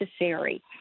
necessary